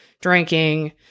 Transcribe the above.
drinking